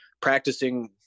practicing